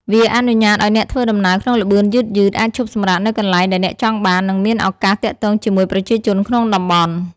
វាអនុញ្ញាតឱ្យអ្នកធ្វើដំណើរក្នុងល្បឿនយឺតៗ អាចឈប់សម្រាកនៅកន្លែងដែលអ្នកចង់បាន និងមានឱកាសទាក់ទងជាមួយប្រជាជនក្នុងតំបន់។